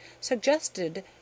suggested